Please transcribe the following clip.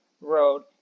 road